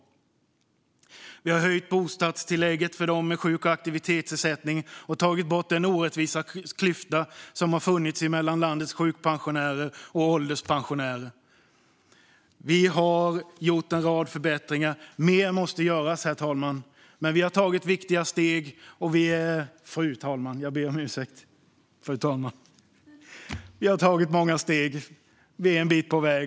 Vi har höjt bostadstillägget för dem med sjuk och aktivitetsersättning och tagit bort den orättvisa klyfta som funnits mellan landets sjukpensionärer och ålderspensionärer. Vi har gjort en rad förbättringar. Mer måste göras, fru talman. Men vi har tagit många steg och är en bit på väg.